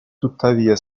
tuttavia